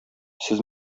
сез